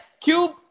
Cube